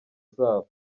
zabo